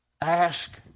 ask